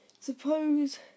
Suppose